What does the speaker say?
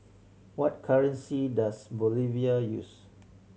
what currency does Bolivia use